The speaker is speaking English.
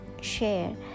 share